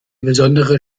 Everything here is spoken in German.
besondere